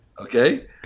Okay